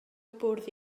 bwrdd